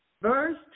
verse